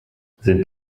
sind